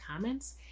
comments